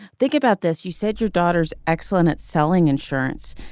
think about this you said your daughter's excellent at selling insurance.